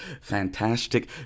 fantastic